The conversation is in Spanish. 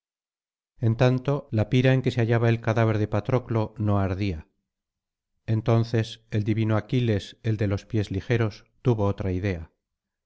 en tanto la pira en que se hallaba el cadáver de patroclo no ardía entonces el divino aquiles el de los pies ligeros tuvo otra idea